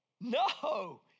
No